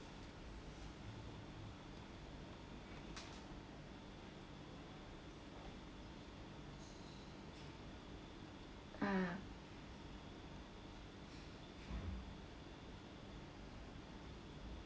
ah